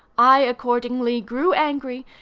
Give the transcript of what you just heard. i accordingly grew angry,